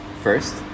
first